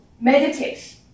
meditate